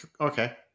okay